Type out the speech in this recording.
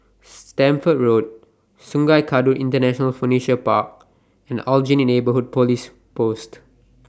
Stamford Road Sungei Kadut International Furniture Park and Aljunied Neighbourhood Police Post